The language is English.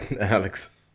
Alex